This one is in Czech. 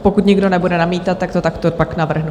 Pokud nikdo nebude namítat, tak to takto pak navrhnu.